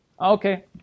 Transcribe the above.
Okay